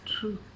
True